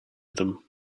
them